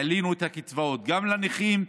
העלינו את הקצבאות גם לנכים,